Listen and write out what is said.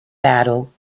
battle